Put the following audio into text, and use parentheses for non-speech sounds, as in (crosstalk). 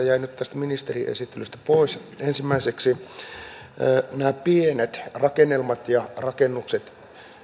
(unintelligible) jäivät nyt tästä ministerin esittelystä pois ensimmäiseksi nämä pienet rakennelmat ja rakennukset